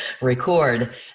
record